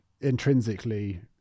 intrinsically